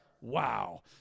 Wow